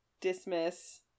dismiss